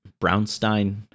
Brownstein